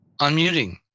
unmuting